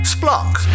Splunk